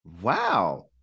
Wow